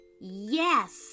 Yes